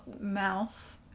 mouth